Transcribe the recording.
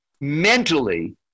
mentally